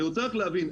אני רוצה רק להבין,